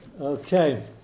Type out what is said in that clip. Okay